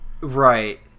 Right